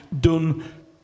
done